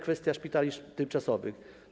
Kwestia szpitali tymczasowych.